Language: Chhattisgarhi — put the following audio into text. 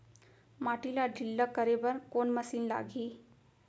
माटी ला ढिल्ला करे बर कोन मशीन लागही?